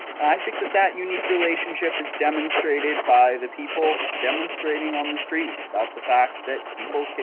i think that that unique relationship is demonstrated by the people demonstrating on the streets about the fact that people,